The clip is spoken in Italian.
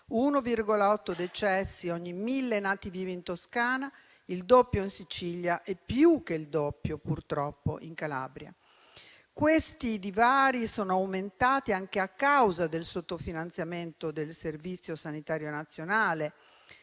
1,8 decessi ogni 1.000 nati vivi in Toscana, il doppio in Sicilia e più che il doppio, purtroppo, in Calabria. Questi divari sono aumentati anche a causa del sottofinanziamento del Servizio sanitario nazionale: